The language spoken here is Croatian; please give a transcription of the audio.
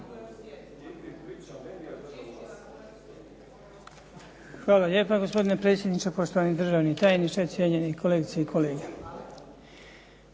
Hvala lijepa gospodine potpredsjedniče, državni tajniče, kolegice i kolege.